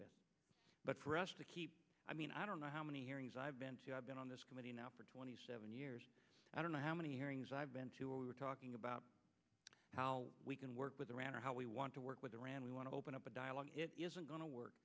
with but for us to keep i mean i don't know how many hearings i've been to i've been on this committee now for twenty seven years i don't know how many hearings i've been to where we're talking about how we can work with iran or how we want to work with iran we want to open up a dialogue going to work